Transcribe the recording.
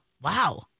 Wow